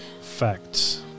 facts